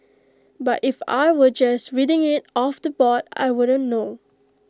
but if I were just reading IT off the board I wouldn't know